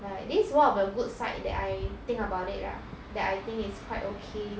ya this is one of the good side that I think about it lah that I think it's quite okay